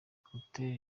hotel